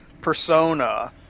persona